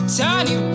tiny